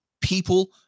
People